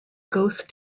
ghost